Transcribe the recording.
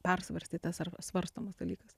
persvarstytas ar svarstomas dalykas